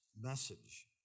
message